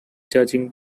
judging